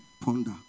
ponder